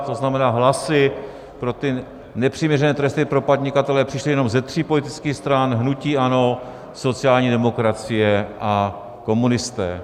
To znamená, hlasy pro ty nepřiměřené tresty pro podnikatele přišly jenom ze tří politických stran hnutí ANO, sociální demokracie a komunisté.